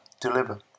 deliver